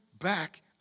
back